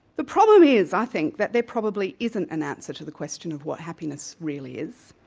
the problem is i think, that there probably isn't an answer to the question of what happiness really is,